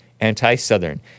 anti-Southern